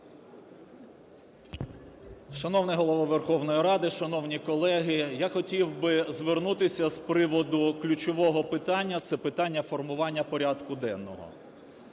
Шановний Голово Верховної Ради, шановні колеги, я хотів би звернутися з приводу ключового питання – це питання формування порядку денного.